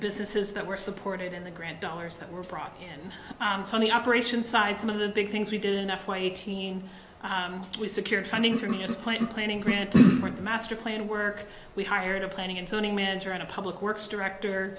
businesses that were supported in the grant dollars that were brought in on the operations side some of the big things we did enough why eighteen we secured funding for me as a point in planning grand master plan work we hired a planning and zoning manager and a public works director